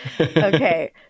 Okay